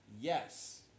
yes